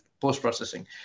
post-processing